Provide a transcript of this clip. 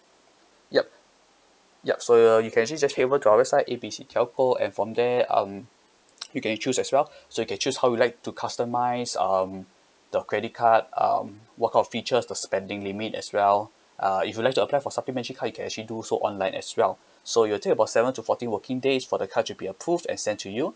yup yup so you can actually just head over to our website A B C telco and from there um you can choose as well so can choose how you would like to customise um the credit card um what core feature to spending limit as well uh if you like to apply for supplementary card you can actually do so online as well so you will take about seven to fourteen working days for the card to be approved and send to you